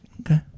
Okay